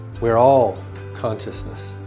we are all consciousness.